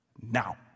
now